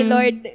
Lord